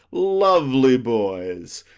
lovely boys,